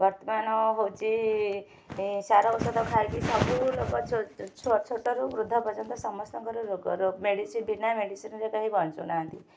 ବର୍ତ୍ତମାନ ହୋଉଚି ସାର ଔଷଧ ଖାଇକି ସବୁ ଲୋକ ଛୁଆ ଛୋଟରୁ ବୃଦ୍ଧ ପର୍ଯ୍ୟନ୍ତ ସମସ୍ତଙ୍କର ରୋଗ ମେଡ଼ିସିନ ବିନା ମେଡ଼ିସିନରେ କେହି ବଞ୍ଚୁନାହାଁନ୍ତି